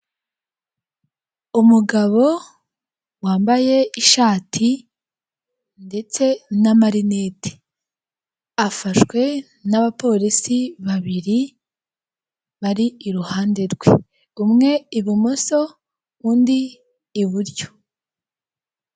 Umugabo wambaye ishati ndetse na marinete. Afashwe n'abapolisi babiri bari iruhande rwe. Umwe ibumoso undi iburyo.